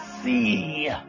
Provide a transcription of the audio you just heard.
see